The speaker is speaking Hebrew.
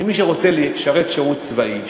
שמי שרוצה לשרת שירות צבאי,